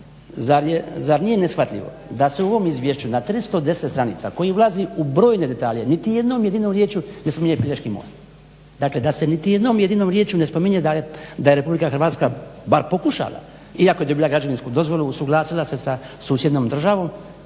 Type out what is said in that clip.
zar nije neshvatljivo da se u ovom izvješću na 310 stranica koji ulazi u brojne detalje niti jednom jedinom riječju ne spominje Pelješki most. Dakle, da se niti jednom jedinom riječju ne spominje da je Republika Hrvatska bar pokušala iako je dobila građevinsku dozvolu, usuglasila se sa susjednom državom